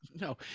No